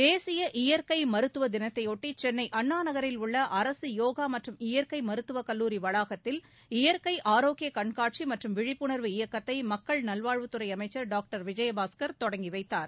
தேசிய இயற்கை மருத்துவ தினத்தையொட்டி சென்னை அண்ணா நகரில் உள்ள அரசு யோகா மற்றும் இயற்கை மருத்துவக் கல்லூரி வளாகத்தில் இயற்கை ஆரோக்கிய கண்காட்சி மற்றும் விழிப்புணர்வு இயக்கத்தை மக்கள் நல்வாழ்வுத்துறை அமைச்சர் டாக்டர் விஜயபாஸ்கர் தொடங்கி வைத்தார்